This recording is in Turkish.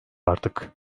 artık